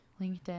linkedin